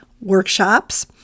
workshops